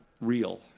real